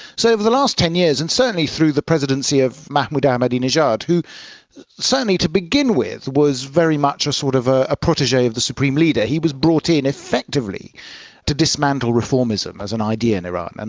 so for the last ten years and certainly through the presidency of mahmoud ahmadinejad, who certainly to begin with was very much ah sort of ah a protege of the supreme leader, he was brought in ineffectively to dismantle reformism as an idea in iran, and